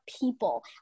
people